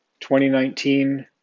2019